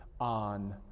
on